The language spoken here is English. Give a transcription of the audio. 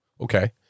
okay